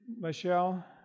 Michelle